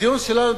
הדיון שלנו,